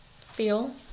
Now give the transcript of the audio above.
feel